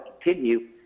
continue